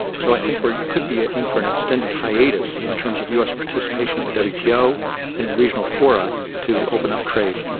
so i think we could be ah in for an extended hiatus in terms of us participation at the wto and in regional fora to open up trade.